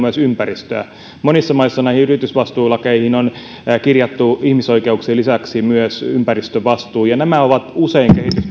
ympäristöä monissa maissa näihin yritysvastuulakeihin on kirjattu ihmisoikeuksien lisäksi myös ympäristövastuu ja nämä usein